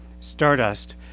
Stardust